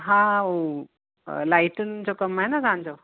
हा हू अ लाइटियुंनि जो कमु आहे न तव्हांजो